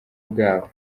bwabo